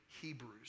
Hebrews